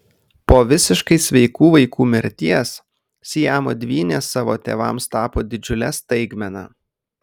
po visiškai sveikų vaikų mirties siamo dvynės savo tėvams tapo didžiule staigmena